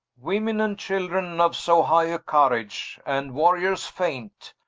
women and children of so high a courage, and warriors faint,